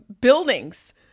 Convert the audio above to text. buildings